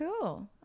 Cool